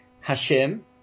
Hashem